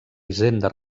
hisenda